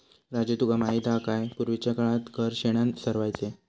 राजू तुका माहित हा काय, पूर्वीच्या काळात घर शेणानं सारवायचे